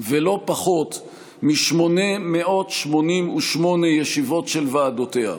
ולא פחות מ-888 ישיבות של ועדותיה.